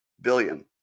billion